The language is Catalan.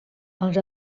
els